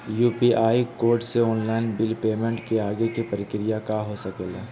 UPI code से online bill payment के आगे के प्रक्रिया का हो सके ला?